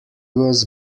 was